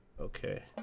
Okay